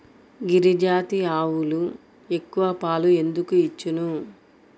గిరిజాతి ఆవులు ఎక్కువ పాలు ఎందుకు ఇచ్చును?